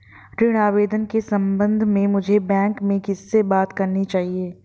ऋण आवेदन के संबंध में मुझे बैंक में किससे बात करनी चाहिए?